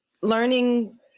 learning